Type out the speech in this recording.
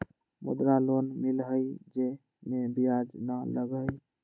मुद्रा लोन मिलहई जे में ब्याज न लगहई?